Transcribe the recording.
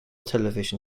television